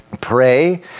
pray